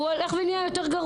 הוא הולך ומעמיק.